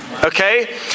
Okay